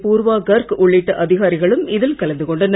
பூர்வா கர்க் உள்ளிட்ட அதிகாரிகளும் இதில் கலந்து கொண்டனர்